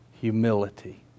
humility